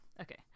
Okay